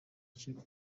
gukina